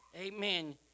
Amen